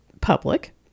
public